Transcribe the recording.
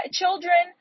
children